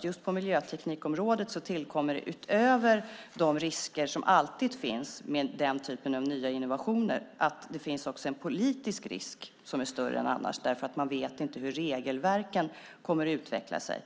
Just på miljöteknikområdet tillkommer utöver de risker som alltid finns med den typen av nya innovationer att det också finns en politisk risk som är större än annars. Man vet inte hur regelverken kommer att utveckla sig